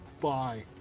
Bye